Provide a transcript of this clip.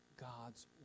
God's